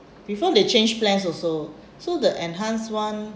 before they change plans also so the enhanced one has